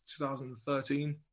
2013